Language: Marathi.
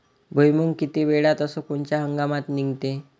भुईमुंग किती वेळात अस कोनच्या हंगामात निगते?